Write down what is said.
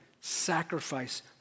sacrifice